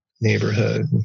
neighborhood